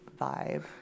vibe